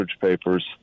papers